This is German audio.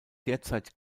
derzeit